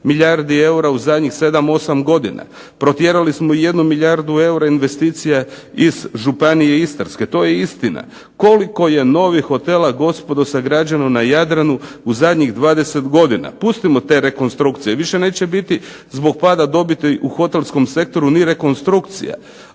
milijardi eura u zadnjih 7, 8 godina. Protjerali smo jednu milijardu eura investicija iz Županije istarske, to je istina. Koliko je novih hotela gospodo sagrađeno na Jadranu u zadnjih 20 godina. Pustimo te rekonstrukcije. Više neće biti zbog pada dobiti u hotelskom sektoru ni rekonstrukcija,